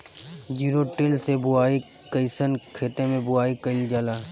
Zero till से बुआई कयिसन खेते मै बुआई कयिल जाला?